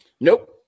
nope